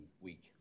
week